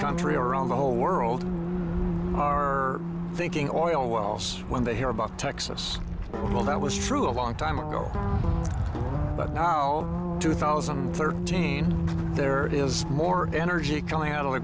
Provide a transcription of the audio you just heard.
country or around the whole world are thinking oil wells when they hear about texas well that was true a long time ago but now two thousand and thirteen there is more energy coming out of the